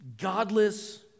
godless